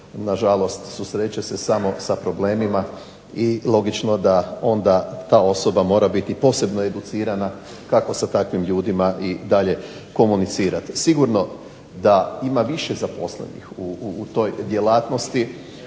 na žalost susreće se samo sa problemima i logično da onda ta osoba mora biti posebno educirana kako sa takvim ljudima i dalje komunicirati. Sigurno da ima više zaposlenih u toj djelatnosti,